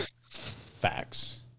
Facts